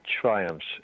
triumphs